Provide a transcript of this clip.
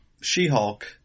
She-Hulk